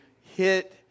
hit